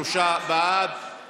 מי שלא יכול, גם אתה ישבת שם?